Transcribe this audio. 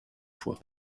fois